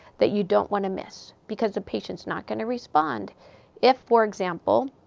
that you don't want to miss. because the patient's not going to respond if, for example,